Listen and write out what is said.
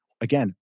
again